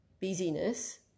busyness